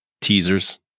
teasers